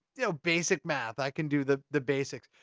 you know, basic math. i can do the the basics.